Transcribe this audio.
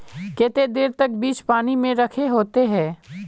केते देर तक बीज पानी में रखे होते हैं?